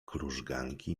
krużganki